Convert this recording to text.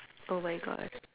oh my god